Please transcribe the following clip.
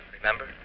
Remember